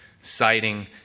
citing